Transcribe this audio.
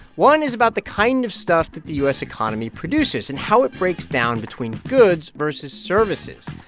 one is about the kind of stuff that the u s. economy produces and how it breaks down between goods versus services.